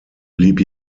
blieb